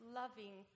loving